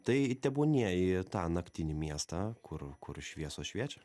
tai tebūnie į tą naktinį miestą kur kur šviesos šviečia